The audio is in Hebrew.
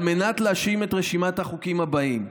על מנת להשלים את רשימת החוקים הבאים,